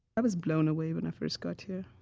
i was blown away when i first got here.